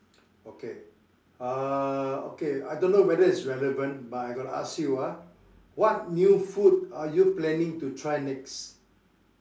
okay uh okay I don't know whether is relevant but I got to ask you ah what new food are you planning to try next